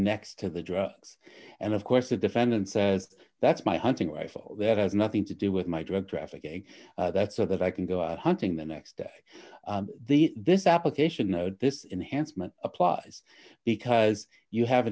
next to the drugs and of course the defendant says that's my hunting rifle that has nothing to do with my drug trafficking that so that i can go out hunting the next day the this application of this enhanced applies because you have